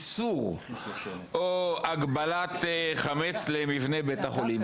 איסור או הגבלת חמץ למבנה בית החולים,